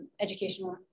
educational